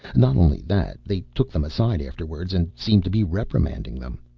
not only that, they took them aside afterwards and seemed to be reprimanding them.